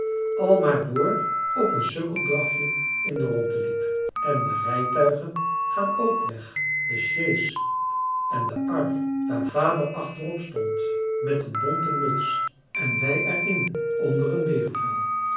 maar door op een sukkeldrafje in de rondte liep en de rijtuigen gaan ook weg de sjees en de ar waar vader achterop stond met een bonte muts en wij er in onder een